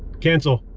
cancel.